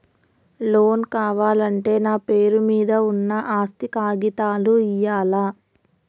Loan కావాలంటే నా పేరు మీద ఉన్న ఆస్తి కాగితాలు ఇయ్యాలా?